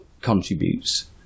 contributes